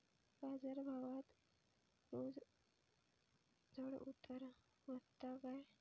बाजार भावात रोज चढउतार व्हता काय?